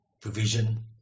provision